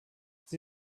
sie